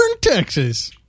Texas